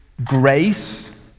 Grace